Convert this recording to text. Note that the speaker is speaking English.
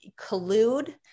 collude